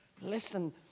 Listen